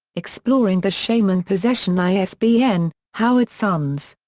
exploring the shaman possession isbn howard sounes.